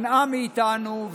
מנעה מאיתנו.